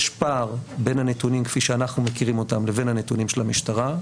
יש פער בין הנתונים כפי שאנחנו מכירים אותם לבין הנתונים של המשטרה,